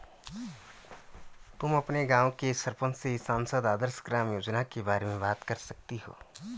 तुम अपने गाँव के सरपंच से सांसद आदर्श ग्राम योजना के बारे में बात कर सकती हो